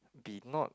be not